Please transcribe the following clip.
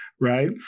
right